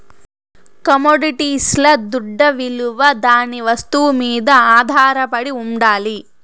కమొడిటీస్ల దుడ్డవిలువ దాని వస్తువు మీద ఆధారపడి ఉండాలి